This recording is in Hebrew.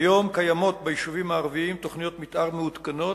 כיום קיימות ביישובים הערביים תוכניות מיתאר מעודכנות,